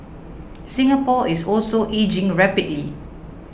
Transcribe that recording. Singapore is also ageing rapidly